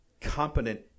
competent